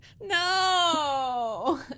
No